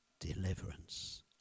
deliverance